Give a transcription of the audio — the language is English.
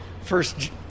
first